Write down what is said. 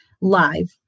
live